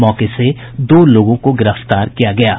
मौके से दो लोगों को गिरफ्तार किया गया है